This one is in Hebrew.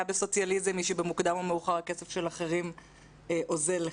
בסוציאליזם היא שבמוקדם או במאוחר הכסף של אחרים אוזל לך.